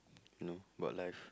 you know about life